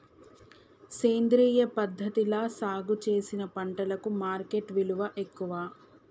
సేంద్రియ పద్ధతిలా సాగు చేసిన పంటలకు మార్కెట్ విలువ ఎక్కువ